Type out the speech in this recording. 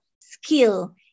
skill